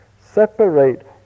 separate